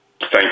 Thank